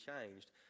changed